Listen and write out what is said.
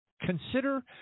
Consider